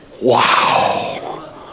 wow